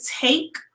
take